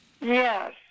Yes